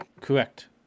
Correct